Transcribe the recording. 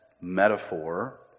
metaphor